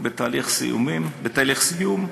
בתהליך סיום,